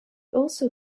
also